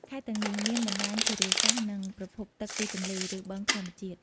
ខេត្តទាំងនេះ មានបណ្តាញធារាសាស្ត្រ និងប្រភពទឹកពីទន្លេ ឬបឹងធម្មជាតិ។